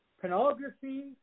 pornography